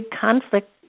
conflict